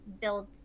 build